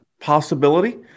possibility